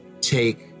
take